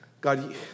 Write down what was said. God